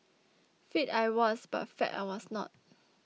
fit I was but fab I was not